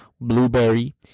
blueberry